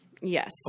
Yes